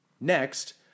Next